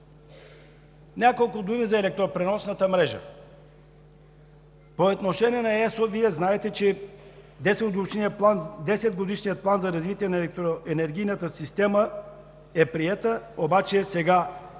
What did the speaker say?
Няколко думи за електропреносната мрежа. По отношение на ЕСО знаете, че десетгодишният план за развитие на електроенергийната системата е приет, обаче сега